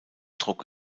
druck